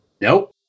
Nope